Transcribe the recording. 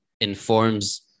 informs